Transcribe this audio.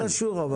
אבל זה לא קשור.